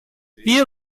wir